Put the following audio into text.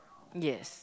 yes